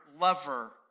lover